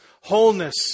wholeness